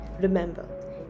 Remember